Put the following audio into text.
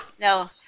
No